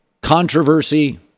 controversy